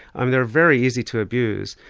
i mean they are very easy to abuse,